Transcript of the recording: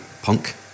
punk